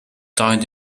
died